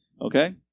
Okay